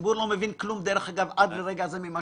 הציבור לא מבין כלום עד לרגע זה ממה